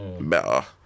better